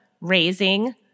raising